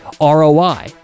ROI